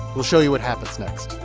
we'll show you what happens next